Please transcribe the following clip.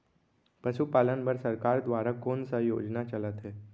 पशुपालन बर सरकार दुवारा कोन स योजना चलत हे?